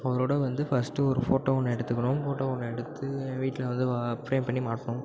உங்களோடய வந்து ஃபஸ்ட்டு ஒரு ஃபோட்டோ ஒன்று எடுத்துக்கணும் ஃபோட்டோ ஒன்று எடுத்து என் வீட்டில் வந்து வ ஃப்ரேம் பண்ணி மாட்டணும்